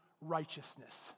righteousness